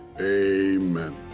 amen